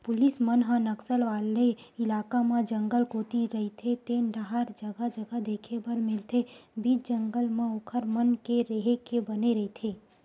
police मन ह नक्सल वाले इलाका म जंगल कोती रहिते तेन डाहर जगा जगा देखे बर मिलथे बीच जंगल म ओखर मन के रेहे के बने रहिथे